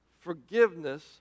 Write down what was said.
forgiveness